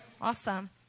Awesome